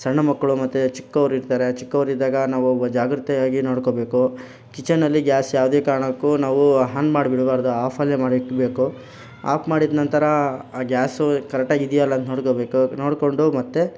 ಸಣ್ಣ ಮಕ್ಕಳು ಮತ್ತು ಚಿಕ್ಕವರಿರ್ತಾರೆ ಚಿಕ್ಕವರಿದ್ದಾಗ ನಾವು ಜಾಗೃತೆಯಾಗಿ ನೋಡಿಕೋಬೇಕು ಕಿಚನಲ್ಲಿ ಗ್ಯಾಸ್ ಯಾವುದೇ ಕಾರಣಕ್ಕೂ ನಾವು ಹಾನ್ ಮಾಡಿಬಿಡ್ಬಾರ್ದು ಆಫಲ್ಲೇ ಮಾಡಿಕ್ಬೇಕು ಆಫ್ ಮಾಡಿದ ನಂತರ ಆ ಗ್ಯಾಸು ಕರೆಕ್ಟಾಗಿದ್ಯಾ ಇಲ್ಲ ಅಂತ ನೋಡಿಕೋಬೇಕು ನೋಡಿಕೊಂಡು ಮತ್ತು